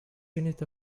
unit